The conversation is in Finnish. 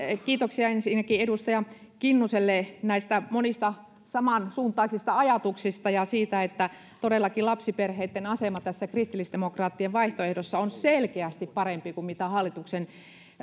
kiitoksia ensinnäkin edustaja kinnuselle näistä monista samansuuntaisista ajatuksista ja siitä että todellakin lapsiperheitten asema tässä kristillisdemokraattien vaihtoehdossa on selkeästi parempi kuin hallituksen